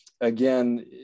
again